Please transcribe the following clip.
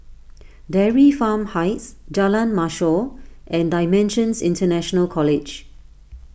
Dairy Farm Heights Jalan Mashor and Dimensions International College